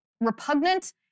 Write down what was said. repugnant